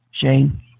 Shane